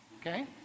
okay